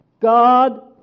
God